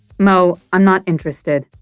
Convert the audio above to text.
mo, i'm not interested.